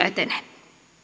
etenee